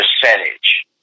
percentage